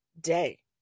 day